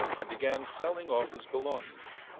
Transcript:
and began selling off his belongings.